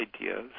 ideas